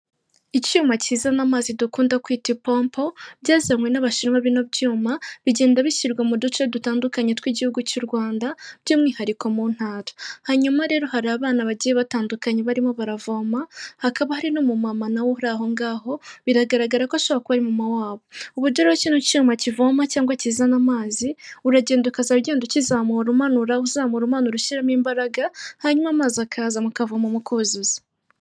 Icyuma kizana amazi dukunda kwita ipompo byazanywe n'abashinwa bino byuma bigenda bishyirwa mu duce dutandukanye tw'igihugu cy'u Rwanda by'umwihariko mu ntara hanyuma rero hari abana bagiye batandukanye barimo baravoma hakaba hari n' umumama uraho ngaho biragaragara ko ashobora kuba Ari mama wabo uburyo rerok icyuma kivoma cyangwa kizana amazi uragenda ukazaba ugenda ukizamura umanura uzamura ushyiramo imbaraga hanyuma amazi akaza mu mukavoma mukuzuza.